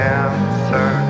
answer